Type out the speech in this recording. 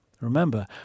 Remember